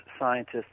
scientists